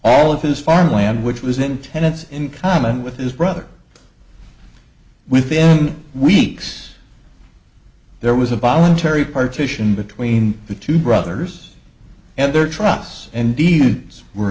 all of his farmland which was intense in common with his brother within weeks there was a voluntary partition between the two brothers and their trusts and deeds were